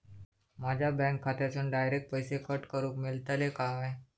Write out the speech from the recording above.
माझ्या बँक खात्यासून डायरेक्ट पैसे कट करूक मेलतले काय?